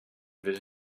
will